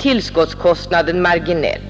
tillskottskostnaden blir marginell om maskinen ytterligare utnyttjas.